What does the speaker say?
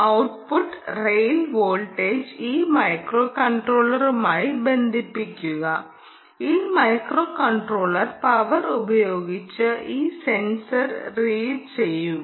output rail voltage ഈ മൈക്രോകൺട്രോളറുമായി ബന്ധിപ്പിക്കുക ഈ മൈക്രോകൺട്രോളർ പവർ ഉപയോഗിച്ച് ഈ സെൻസർ റീഡ് ചെയ്യുക